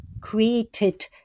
created